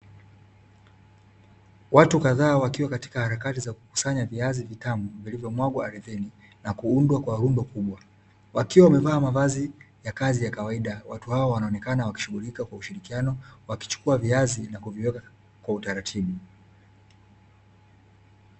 Watu kadhaa wakiwa katika harakati za kukusanya viazi vitamu vilivyomwagwa aridhini na kuundwa kwa rundo kubwa. Wakiwa wamevaa mavazi ya kazi ya kawaida, watu hao wanaonekana wakishughulika kwa ushirikiano wakichukua viazi na kuviweka kwa utaratibu.